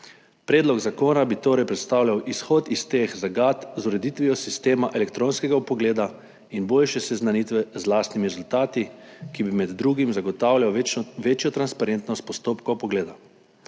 Predlog zakona bi torej predstavljal izhod iz teh zagat z ureditvijo sistema elektronskega vpogleda in boljše seznanitve z lastnimi rezultati, kar bi med drugim zagotavljalo večjo transparentnost postopka vpogleda.